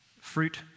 fruit